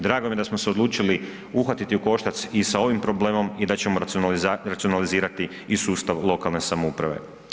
Drago mi je da smo se odlučili uhvatiti u koštac i sa ovim problemom i da ćemo racionalizirati i sustav lokalne samouprave.